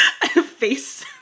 face